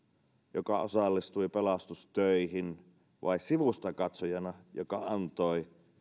joka osallistui pelastustöihin vai sivustakatsojana joka antoi